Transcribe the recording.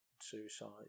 suicide